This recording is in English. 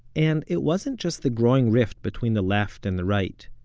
and it wasn't just the growing rift between the left and the right.